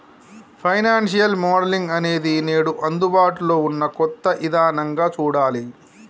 financial modelling అనేది నేడు అందుబాటులో ఉన్న కొత్త ఇదానంగా చూడాలి